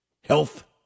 health